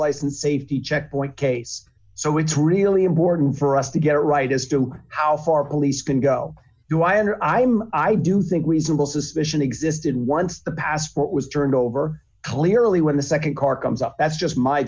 license safety checkpoint case so it's really important for us to get it right as to how far police can go do i and i am i do think reasonable suspicion existed once the passport was turned over clearly when the nd car comes up that's just my